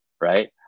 right